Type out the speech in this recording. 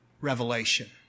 revelation